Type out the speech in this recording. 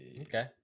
Okay